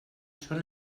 són